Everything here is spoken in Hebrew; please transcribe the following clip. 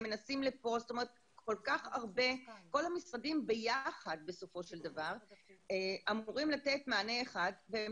כל המשרדים ביחד אמורים לתת מענה אחד והם